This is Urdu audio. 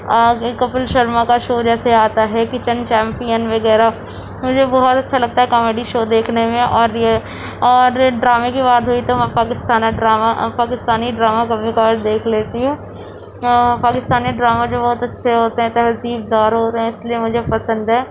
اور کپل شرما کا شو جیسے آتا ہے کچن چیمپئن وغیرہ مجھے بہت اچھا لگتا ہے کامیڈی شو دیکھنے میں اور یہ اور ڈرامے کی بات ہوئی تو میں پاکستانی ڈرامہ پاکستانی ڈرامہ کبھی کبھار دیکھ لیتی ہوں پاکستانی ڈرامہ جو بہت اچھے ہوتے ہیں تہذیب دار ہوتے ہیں اس لیے مجھے پسند ہیں